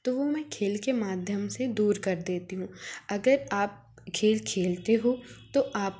तो वो मैं खेल के माध्यम से दूर कर देती हूँ अगर आप खेल खेलते हो तो आप को